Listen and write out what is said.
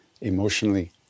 emotionally